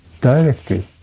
directly